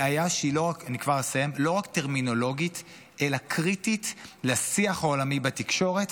בעיה שהיא לא רק טרמינולוגית אלא קריטית לשיח העולמי בתקשורת,